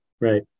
Right